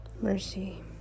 mercy